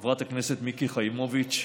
חברת הכנסת מיקי חיימוביץ',